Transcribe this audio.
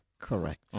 Correct